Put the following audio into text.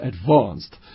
advanced